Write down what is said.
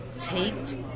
taped